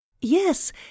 Yes